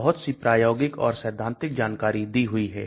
बहुत सी प्रायोगिक और सैद्धांतिक जानकारी दी हुई है